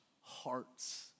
hearts